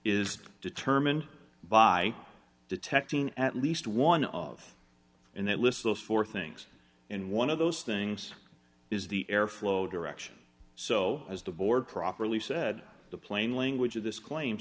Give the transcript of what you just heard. is determined by detecting at least one of in that list those four things and one of those things is the air flow direction so as the board properly said the plain language of this claim